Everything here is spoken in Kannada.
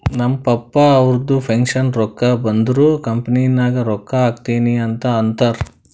ನಮ್ ಪಪ್ಪಾ ಅವ್ರದು ಪೆನ್ಷನ್ ರೊಕ್ಕಾ ಬಂದುರ್ ಕಂಪನಿ ನಾಗ್ ರೊಕ್ಕಾ ಹಾಕ್ತೀನಿ ಅಂತ್ ಅಂತಾರ್